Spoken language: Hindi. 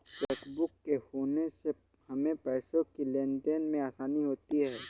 चेकबुक के होने से हमें पैसों की लेनदेन में आसानी होती हैँ